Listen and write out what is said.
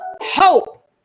Hope